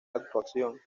actuación